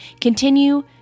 continue